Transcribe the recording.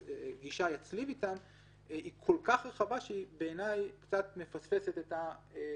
גישה יצליב איתן היא כל כך רחבה שבעיניי היא קצת מפספסת את המטרה